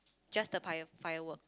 just the fire~ firework